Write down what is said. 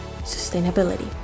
sustainability